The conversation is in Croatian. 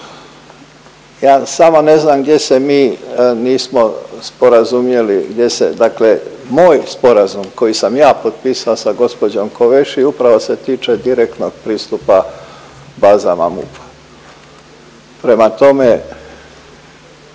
Ja samo ne znam gdje se mi nismo sporazumjeli, gdje se dakle moj sporazum koji sam ja potpisao sa gospođom Kovesi upravo se tiče direktnog pristupa bazama MUP-a. Prema tome